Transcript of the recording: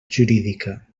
jurídica